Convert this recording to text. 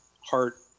heart